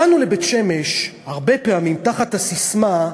באנו לבית-שמש הרבה פעמים תחת הססמה: